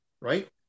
Right